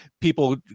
people